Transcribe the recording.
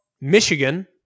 Michigan